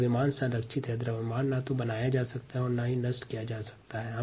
द्रव्यमान हमेशा संरक्षित होता है द्रव्यमान न तो बनाया जा सकता है और न ही नष्ट किया जा सकता है